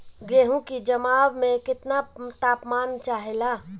गेहू की जमाव में केतना तापमान चाहेला?